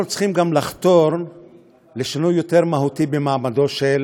אנחנו צריכים גם לחתור לשינוי יותר מהותי במעמדו של